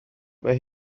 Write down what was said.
mae